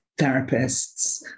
therapists